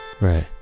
right